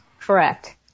Correct